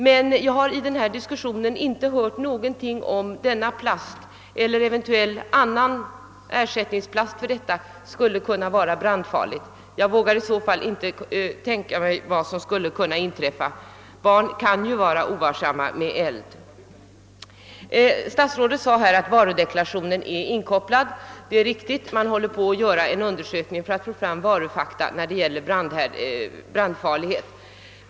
Men jag har i diskussionen inte hört någon tala om att denna plast eller eventuell annan plast skulle kunna vara brandfarlig. Jag vågar inte tänka på vad som skulle kunna inträffa under sådana omständigheter. Barn kan ju vara ovarsamma med eld. Statsrådet sade att varudeklarationsnämnden är inkopplad. Det är riktigt — man håller på att göra en undersökning för att få fram varufakta när det gäller brandfarlighet.